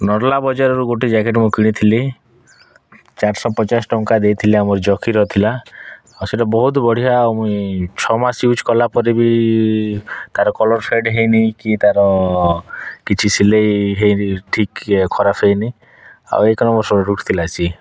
ବଜାରରୁ ଗୋଟେ ଜାଗାରୁ ମୁଁ କିଣିଥିଲି ଚାରିଶହ ପଚାଶ ଟଙ୍କା ଦେଇଥିଲା ଆମର ଜକିର ଥିଲା ଆଉ ସେଇଟା ବହୁତ ବଢ଼ିଆ ମୁଇଁ ଛଅ ମାସ ୟୁଜ୍ କଲାପରେ ବି ତା'ର କଲର୍ ଫେଡ଼୍ ହେଇନି କି ତା'ର କିଛି ସିଲେଇ ହୋଇନି ଖରାପ ହୋଇନି ଆଉ ଥିଲା ସିଏ